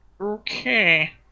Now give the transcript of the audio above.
Okay